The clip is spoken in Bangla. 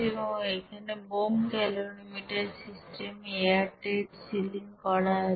এবং এখানে বোম্ব ক্যালরিমিটার সিস্টেমে এয়ারটাইট সিলিং করা আছে